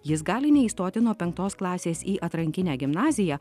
jis gali neįstoti nuo penktos klasės į atrankinę gimnaziją